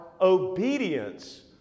obedience